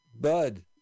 Bud